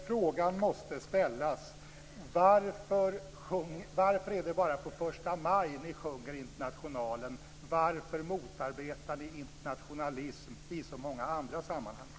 Frågan måste ställas: Varför är det bara på första maj som ni sjunger Internationalen? Varför motarbetar ni internationalism i så många andra sammanhang?